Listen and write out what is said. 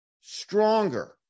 stronger